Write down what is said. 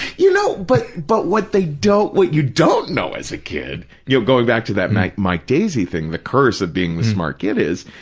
you know, but but what they don't, what you don't know as a kid, you know, going back to that mike mike daisey thing, the curse of being the smart kid is,